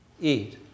eat